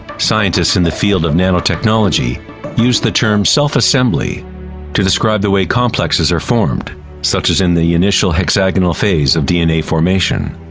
scientists in the field of nanotechnology use the term self-assembly to describe the way complexes are formed such as in the initial hexagonal phase of dna formation.